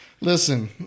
Listen